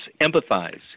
empathize